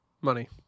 money